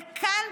וכאן,